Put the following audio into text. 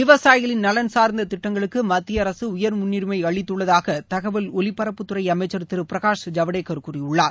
விவசாயிகளின் நலன் சார்ந்த திட்டங்களுக்கு மத்திய அரசு உயர் முன்னுரிமை அளித்துள்ளதாக தகவல் ஒலிபரப்புத்துறை அமைச்சர் திரு பிரகாஷ் ஜவடேகர் கூறியுள்ளார்